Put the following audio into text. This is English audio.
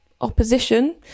opposition